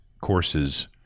courses